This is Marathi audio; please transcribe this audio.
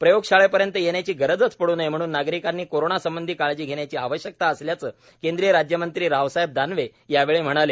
प्रयोगशाळेपर्यंत येण्याची गरजच पडू नये म्हणून नागरिकांनी कोरोनासंबंधी काळजी घेण्याची आवश्यकता असल्याचं केंद्रीय राज्यमंत्री रावसाहेब दानवे यावेळी म्हणाले